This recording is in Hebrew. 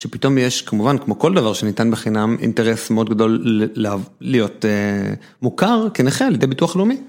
שפתאום יש כמובן כמו כל דבר שניתן בחינם אינטרס מאוד גדול להיות מוכר כנחל לידי ביטוח לאומי.